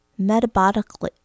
metabolically